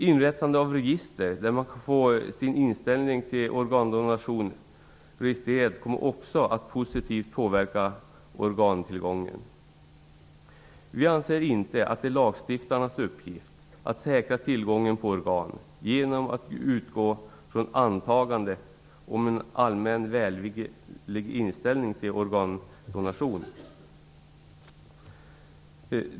Inrättandet av ett register där man kan få sin inställning till organdonation registrerad kommer också att positivt påverka organtillgången. Vi anser inte att det är lagstiftarens uppgift att säkra tillgången på organ genom att utgå från antagandet om en allmän välvillig inställning till organdonation.